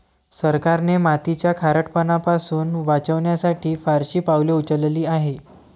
सरकारने मातीचा खारटपणा पासून वाचवण्यासाठी फारशी पावले उचलली आहेत